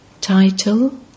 Title